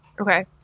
Okay